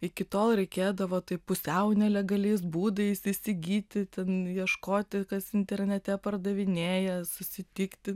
iki tol reikėdavo tai pusiau nelegaliais būdais įsigyti ten ieškoti kas internete pardavinėja susitikti